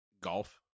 golf